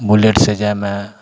बुलेटसे जाइमे